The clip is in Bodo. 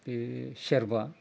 बे सेरबा